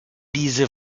diese